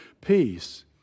peace